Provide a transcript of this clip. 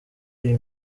iyi